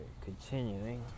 continuing